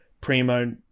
Primo